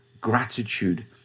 gratitude